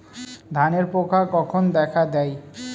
ধানের পোকা কখন দেখা দেয়?